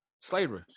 Slavery